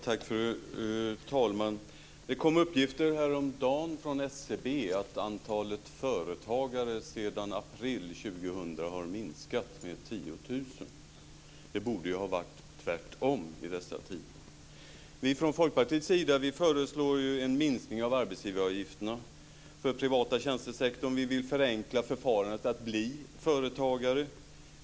Fru talman! Det kom uppgifter häromdagen från SCB om att antalet företagare sedan april 2000 har minskat med 10 000. Det borde ha varit tvärtom i dessa tider. Från Folkpartiets sida föreslår vi en minskning av arbetsgivaravgifterna för den privata tjänstesektorn. Vi vill förenkla förfarandet att bli företagare.